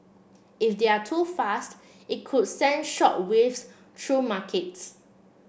if they're too fast it could send shock waves true markets